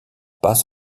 pas